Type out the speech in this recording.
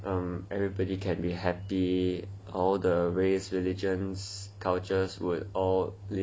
um everybody can be happy all the race religions cultures would all live